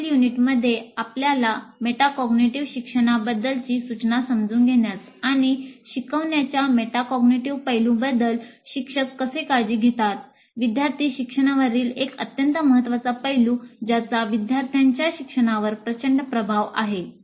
पुढील युनिटमध्ये आपल्याला मेटाकॅग्निटिव्ह शिक्षणाबद्दलची सूचना समजून घेण्यास आणि शिकवण्याच्या मेटाकॉग्निटिव्ह पैलूंबद्दल शिक्षक कसे काळजी घेतात विद्यार्थी शिक्षणावरील एक अत्यंत महत्वाचा पैलू ज्याचा विद्यार्थ्यांच्या शिक्षणावर प्रचंड प्रभाव आहे